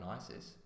ISIS